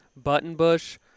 buttonbush